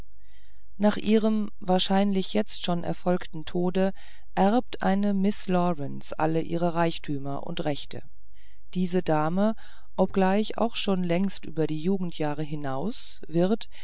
nach ihrem wahrscheinlich jetzt schon erfolgten tode erbt eine miß lawrence alle ihre reichtümer und rechte diese dame obgleich auch schon längst über die jugendjahre hinaus wird